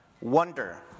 Wonder